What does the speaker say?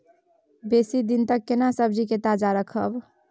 बेसी दिन तक केना सब्जी के ताजा रखब?